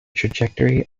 trajectory